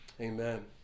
Amen